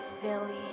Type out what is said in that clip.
Philly